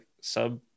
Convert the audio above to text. sub